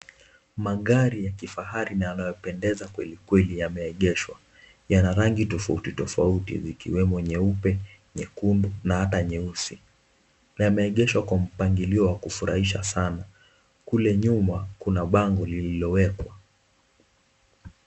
Magari ya kifahari na yanayopendeza kweli kweli yameegeshwa. Yana rangi tofauti tofauti ikiwemo nyeupe, nyekundu na ata nyeusi. Yameegeshwa kwa mpangilio wa kufurahisha sana. Kule nyuma kuna bango lililowekwa.